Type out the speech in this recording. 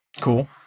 Cool